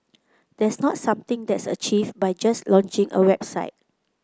that's not something that's achieved by just launching a website